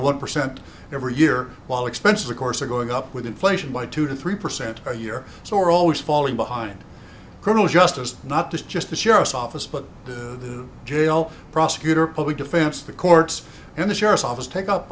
one percent every year while expenses of course are going up with inflation by two to three percent a year so we're always falling behind criminal justice not just the sheriff's office but jail prosecutor probably defense the courts and the sheriff's office take up